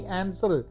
answer